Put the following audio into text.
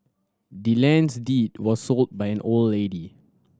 the land's deed was sold by old lady